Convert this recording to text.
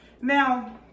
Now